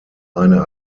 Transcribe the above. eine